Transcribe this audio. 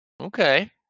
Okay